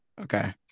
okay